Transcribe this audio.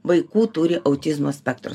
vaikų turi autizmo spektro